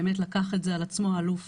באמת הוא לקח את זה על עצמו האלוף